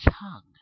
tongue